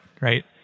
right